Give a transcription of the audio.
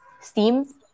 steam